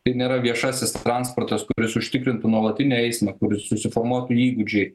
tai nėra viešasis transportas kuris užtikrintų nuolatinį eismą susiformuotų įgūdžiai